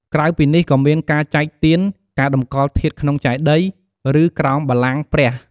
ក្រៅពីនេះ ក៏មានការចែកទាន ការតម្កល់ធាតុក្នុងចេតិយ ឬក្រោមបល្ល័ង្គព្រះ។